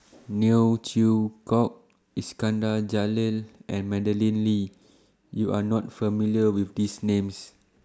Neo Chwee Kok Iskandar Jalil and Madeleine Lee YOU Are not familiar with These Names